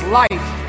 life